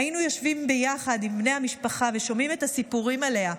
"היינו יושבים ביחד עם בני המשפחה ושומעים את הסיפורים עליה.